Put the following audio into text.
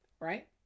right